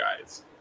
guys